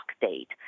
date